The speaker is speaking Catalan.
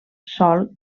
sol